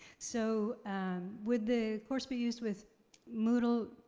so and would the course be used with moodle?